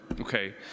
Okay